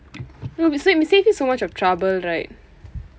no it will save me save me so much of trouble right